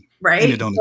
Right